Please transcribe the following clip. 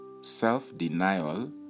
self-denial